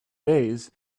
days